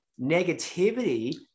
negativity